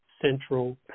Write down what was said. central